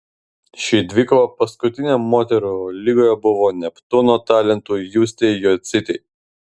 ši dvikova paskutinė moterų lygoje buvo neptūno talentui justei jocytei